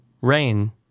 Rain